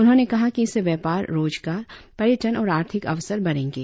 उन्होंने कहा कि इससे व्यापार रोजगार पर्यटन और आर्थिक अवसर बढ़ेंगे